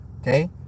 Okay